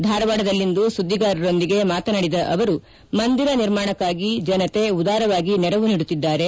ಧಾರವಾಡದಲ್ಲಿಂದು ಸುದ್ದಿಗಾರರೊಂದಿಗೆ ಮಾತನಾಡಿದ ಅವರು ಮಂದಿರ ನಿರ್ಮಾಣಕ್ಕಾಗಿ ಜನತೆ ಉದಾರವಾಗಿ ನೆರವು ನೀಡುತ್ತಿದ್ದಾರೆ